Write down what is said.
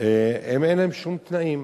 אין להם שום תנאים,